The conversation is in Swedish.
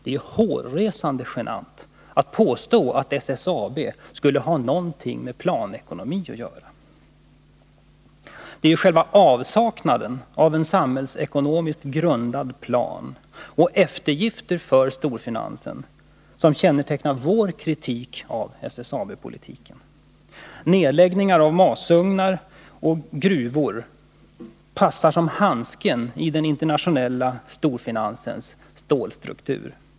Det är ju hårresande genant att påstå att SSAB skulle ha någonting med planekonomi att göra. Vad som kännetecknar vår kritik av SSAB-politiken är att vi efterlyser en samhällsekonomiskt grundad plan och vänder oss mot eftergifter för storfinansen. Nedläggningar av masugnar och gruvor passar som handen i handsken när det gäller den internationella storfinansens stålstruktur.